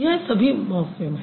यह सभी मॉर्फ़िम हैं